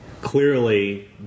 Clearly